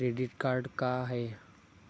Credit card का हाय?